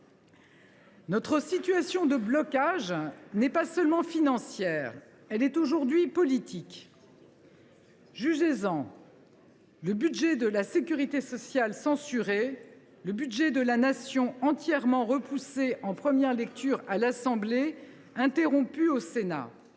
Notre situation de blocage n’est pas seulement financière. Elle est aujourd’hui politique. « Jugez en : budget de la sécurité sociale censuré, budget de la Nation entièrement rejeté en première lecture à l’Assemblée et interrompu au Sénat,